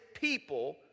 people